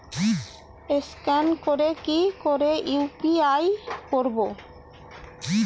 Scan করে কি করে ইউ.পি.আই করবো?